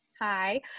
Hi